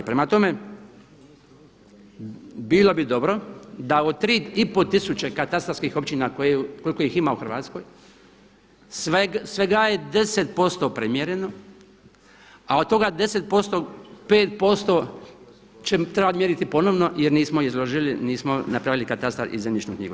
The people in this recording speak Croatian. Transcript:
Prema tome, bilo bi dobro da od 3,5 tisuće katastarskih općina koliko ih ima u Hrvatskoj svega je 10% premjereno, a od toga 10% 5% će trebati mjeriti ponovno jer nismo izložili, nismo napravili katastar i zemljišnu knjigu.